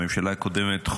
בממשלה הקודמת,